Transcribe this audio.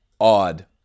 odd